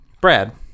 Brad